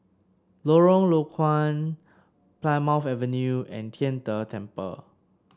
Lorong Low Koon Plymouth Avenue and Tian De Temple